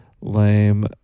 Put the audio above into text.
lame